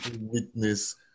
witness